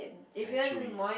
and chewy